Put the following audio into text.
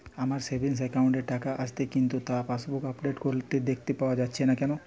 আমার savings account এ টাকা আসছে কিন্তু তা পাসবুক আপডেট করলে দেখতে পাওয়া যাচ্ছে না কেন?